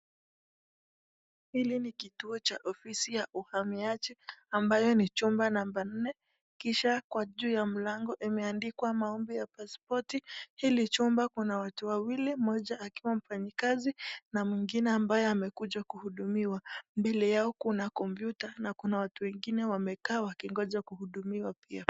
Hili ni kituo cha ofisi ya uhamiaji ambayo ni chumba namba nne. Kisha, kwa juu ya mlango imeandikwa maombi ya pasipoti. Hili chumba kuna watu wawili, mmoja akiwa mfanyikazi na mwingine ambaye amekuja kuhudumiwa. Mbele yao kuna kompyuta na kuna watu wengine wamekaa wakingoja kuhudumiwa pia.